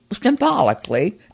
symbolically